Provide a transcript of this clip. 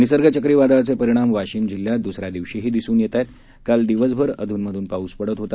निसर्ग चक्री वादळाचक्रिणाम वाशिम जिल्ह्यात द्सऱ्या दिवशीही दिसून यक्तआहस्त काल दिवसभर अधून मधून पाऊस पडत होता